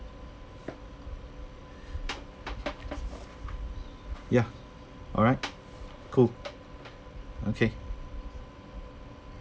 ya alright cool okay